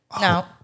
No